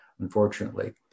unfortunately